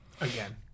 again